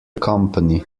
company